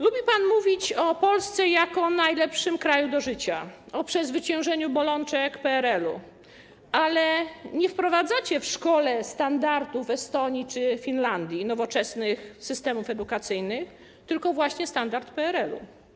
Lubi pan mówić o Polsce jako najlepszym kraju do życia, o przezwyciężeniu bolączek PRL-u, ale nie wprowadzacie w szkole standardów Estonii czy Finlandii, nowoczesnych systemów edukacyjnych, tylko właśnie standard PRL-u.